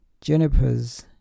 junipers